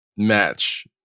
match